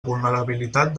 vulnerabilitat